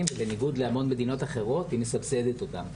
ובניגוד להמון מדינות אחרות היא מסבסדת אותם.